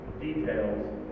details